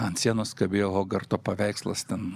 ant sienos kabėjo hogarto paveikslas ten